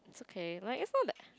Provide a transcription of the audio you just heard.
okay like it's not that